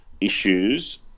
issues